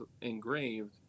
engraved